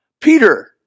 Peter